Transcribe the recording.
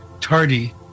tardy